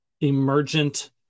emergent